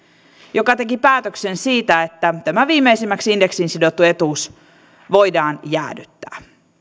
joka teki päätöksen siitä että tämä viimeisimmäksi indeksiin sidottu etuus voidaan jäädyttää